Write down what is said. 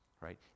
Right